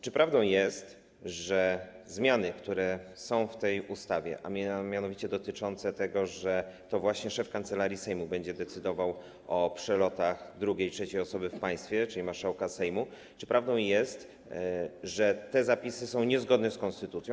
Czy prawdą jest, że zmiany, które są w tej ustawie, a mianowicie zmiany dotyczące tego, że to właśnie szef Kancelarii Sejmu będzie decydował o przelotach drugiej, trzeciej osobie w państwie, czyli marszałka Sejmu, czy prawdą jest, że te zapisy są niezgodne z konstytucją?